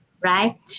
right